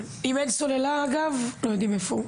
אם אין סוללה, אגב, לא יודעים איפה הוא.